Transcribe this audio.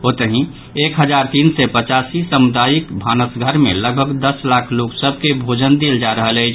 ओतहि एक हजार तीन सय पचासी सामुदायिक भानस घर मे लगभग दस लाख लोक सभ के भोजन देल जा रहल अछि